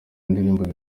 indirimbo